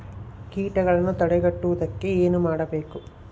ಕೇಟಗಳನ್ನು ತಡೆಗಟ್ಟುವುದಕ್ಕೆ ಏನು ಮಾಡಬೇಕು?